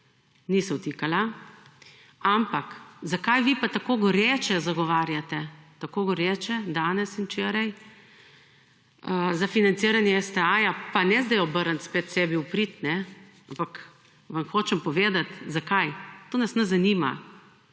Ni se vtikala. Ampak zakaj vi pa tako goreče zagovarjate, tako goreče danes in včeraj, za financiranje STA, pa ne sedaj obrniti spet sebi v prid, ampak vam hočem povedati zakaj. To nas ne zanima.